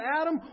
Adam